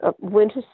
winter